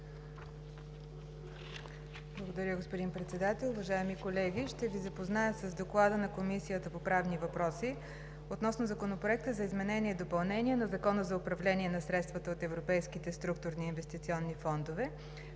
Благодаря, господин Председател. Уважаеми колеги! Ще ви запозная с: „ДОКЛАД на Комисията по правни въпроси относно Законопроект за изменение и допълнение на Закона за управление на средствата от Европейските структурни и инвестиционни фондове,